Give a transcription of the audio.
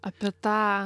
apie tą